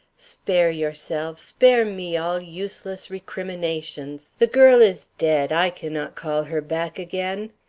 spare yourselves, spare me all useless recriminations. the girl is dead i cannot call her back again.